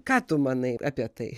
ką tu manai apie tai